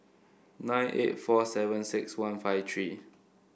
nine eight four seven six one five three